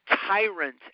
tyrant